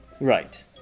Right